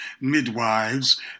midwives